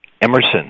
Emerson